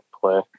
play